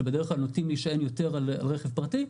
שבדרך כלל נוטים להישען יותר על רכב פרטי,